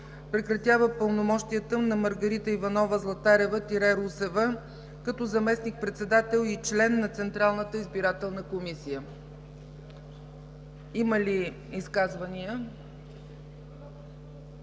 Прекратява пълномощията на Маргарита Иванова Златарева Русева като заместник-председател и член на Централната избирателна комисия”. Има ли изказвания?